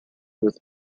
with